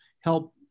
help